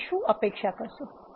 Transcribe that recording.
તમે શું અપેક્ષા કરશો